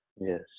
Yes